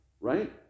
right